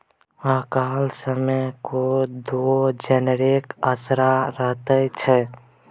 अकालक समय कोदो जनरेके असरा रहैत छै